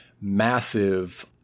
massive